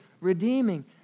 redeeming